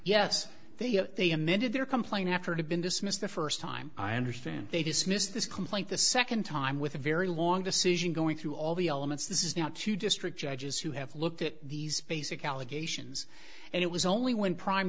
yes they have they amended their complaint after it had been dismissed the first time i understand they dismissed this complaint the second time with a very long decision going through all the elements this is now two district judges who have looked at these basic allegations and it was only when prime